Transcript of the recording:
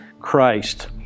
Christ